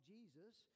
Jesus